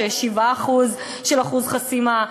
שיש בה חסימה של 7%,